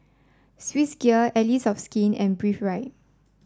Swissgear Allies of Skin and Breathe Right